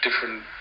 different